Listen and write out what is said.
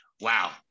wow